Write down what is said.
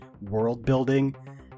world-building